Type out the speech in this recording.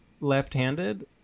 left-handed